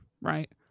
right